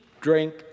drink